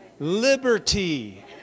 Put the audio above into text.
liberty